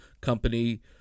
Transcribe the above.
company